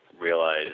realize